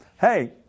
hey